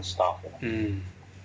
mm